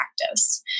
practice